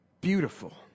beautiful